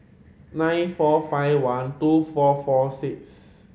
nine four five one two four four six